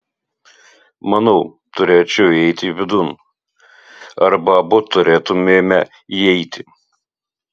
manau turėčiau įeiti vidun arba abu turėtumėme įeiti